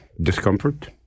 discomfort